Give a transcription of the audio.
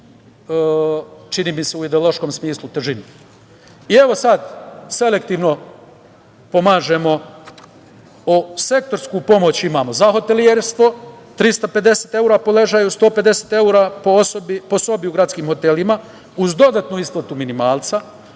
čini mi se, u ideološkom smislu težinu. Evo, sada selektivno pomažemo, sektorsku pomoć imamo, za hotelijerstvo 350 evra po ležaju, 150 evra po sobi u gradskim motelima, uz dodatnu isplatu minimalca,